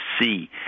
see